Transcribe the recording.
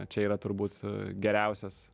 čia yra turbūt geriausias